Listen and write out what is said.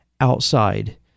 outside